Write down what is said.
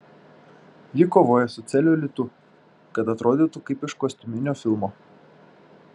ji kovoja su celiulitu kad atrodytų kaip iš kostiuminio filmo